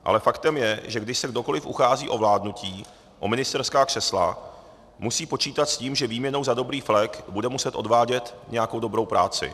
Ale faktem je, že když se kohokoliv uchází o vládnutí, o ministerská křesla, musí počítat s tím, že výměnou za dobrý flek bude muset odvádět nějakou dobrou práci.